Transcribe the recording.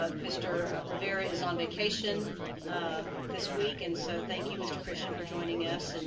ah mister rivera is on vacation um this week. and so, thank you, mister christian, for joining us. and